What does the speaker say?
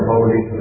Holy